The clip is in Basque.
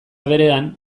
berean